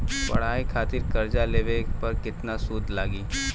पढ़ाई खातिर कर्जा लेवे पर केतना सूद लागी?